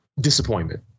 Disappointment